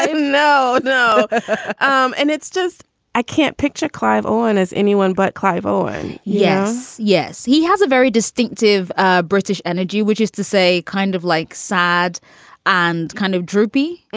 and and no, no um and it's just i can't picture clive owen as anyone but clive owen yes. yes. he has a very distinctive ah british energy, which is to say kind of like sad and kind of droopy,